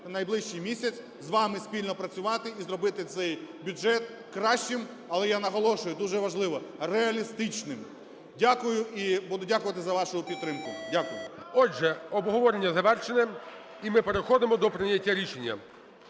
в найближчий місяць з вами спільно працювати і зробити цей бюджет кращим, але я наголошую, дуже важливо, реалістичним. Дякую, і буду дякувати за вашу підтримку. Дякую. ГОЛОВУЮЧИЙ. Отже, обговорення завершене. І ми переходимо до прийняття рішення.